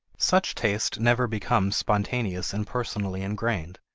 such taste never becomes spontaneous and personally engrained,